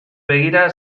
begira